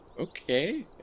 okay